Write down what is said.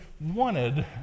wanted